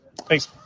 Thanks